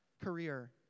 career